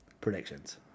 Predictions